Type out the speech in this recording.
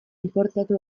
inportatu